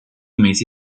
mesi